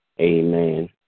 amen